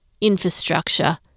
infrastructure